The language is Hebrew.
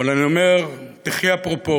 אבל אני אומר: תחי הפרופורציה.